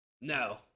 No